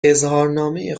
اظهارنامه